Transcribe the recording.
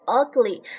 ugly